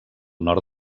nord